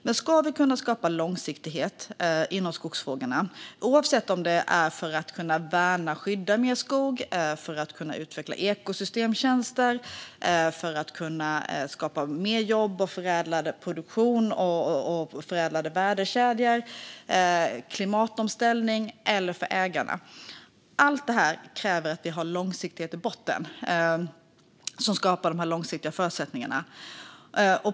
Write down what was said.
Men skogsfrågorna - oavsett om det handlar om att kunna värna och skydda mer skog, utveckla ekosystemtjänster, skapa fler jobb, förädlad produktion och förädlade värdekedjor eller åstadkomma klimatomställning eller om det är för ägarna - kräver att vi har långsiktighet i botten, vilket skapar långsiktiga förutsättningar.